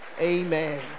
Amen